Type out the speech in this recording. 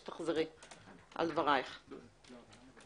לא נוגעים פה בהסדר החלף.